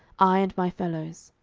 i and my fellows.